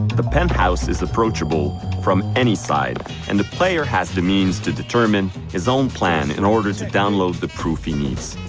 the penthouse is approachable from any side and the player has the means to determine his own plan in order to download the proof he needs.